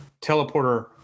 teleporter